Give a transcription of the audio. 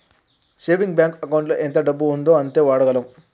saving bank ఎకౌంటులో ఎంత డబ్బు ఉందో అంతే వాడగలం